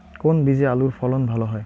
কোন বীজে আলুর ফলন ভালো হয়?